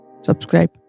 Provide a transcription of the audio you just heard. Subscribe